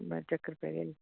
ਬਸ ਚੱਕਰ ਪੈ ਗਿਆ ਜੀ